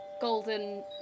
golden